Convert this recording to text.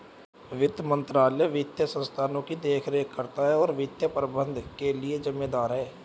वित्त मंत्रालय वित्तीय संस्थानों की देखरेख करता है और वित्तीय प्रबंधन के लिए जिम्मेदार है